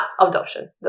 adoption